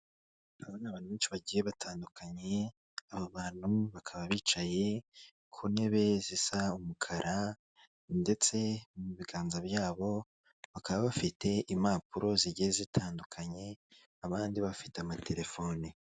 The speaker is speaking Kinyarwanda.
Ni abantu benshi bagiye batandukanye aba bantu bakaba bicaye ku ntebe zisa umukara ndetse mu biganza byabo bakaba bafite impapuro zigiye zitandukanye, abandi bafite amatelefoni.